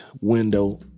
window